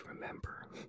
remember